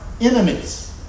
enemies